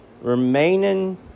remaining